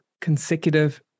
consecutive